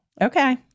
Okay